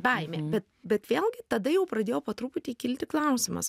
baimė bet bet vėlgi tada jau pradėjo po truputį kilti klausimas